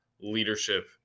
leadership